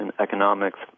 economics